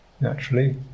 naturally